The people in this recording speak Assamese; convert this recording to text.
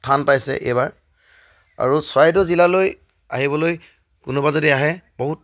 স্থান পাইছে এইবাৰ আৰু চৰাইদেউ জিলালৈ আহিবলৈ কোনোবা যদি আহে বহুত